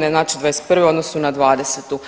'21. u odnosu na '20.